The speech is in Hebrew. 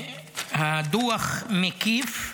הדוח מקיף,